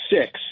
six